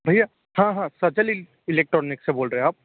भैया हाँ हाँ सचालिक इलेक्ट्रॉनिक से बोल रहे हो आप